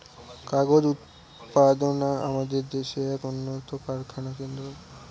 কাগজ উৎপাদনা আমাদের দেশের এক উন্নতম কারখানা কেন্দ্র